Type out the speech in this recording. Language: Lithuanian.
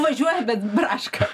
važiuoja bet braška